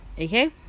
Okay